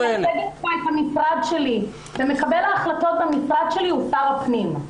אני מייצגת פה את המשרד שלי ומקבל ההחלטות במשרד שלי הוא שר הפנים.